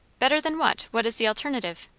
better than what? what is the alternative?